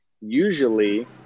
usually